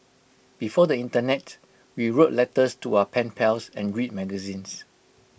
before the Internet we wrote letters to our pen pals and read magazines